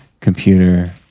computer